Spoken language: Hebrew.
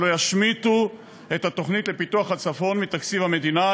ולא ישמיטו את התוכנית לפיתוח הצפון מתקציב המדינה,